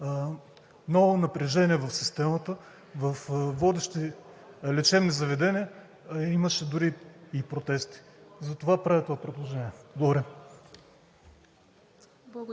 ново напрежение в системата във водещи лечебни заведения, имаше дори и протести. Затова правя това предложение.